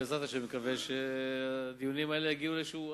בעזרת השם אני מקווה שהדיונים האלה יגיעו להבשלה.